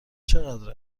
چقدر